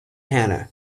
hannah